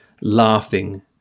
laughing